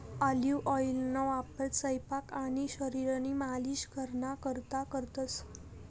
olive ऑइलना वापर सयपाक आणि शरीरनी मालिश कराना करता करतंस